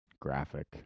graphic